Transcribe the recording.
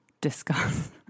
Discuss